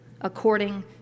according